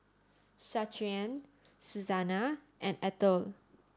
Shaquan Susanna and Ethyl